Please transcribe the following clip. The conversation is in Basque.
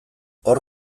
hor